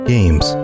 Games